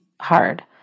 hard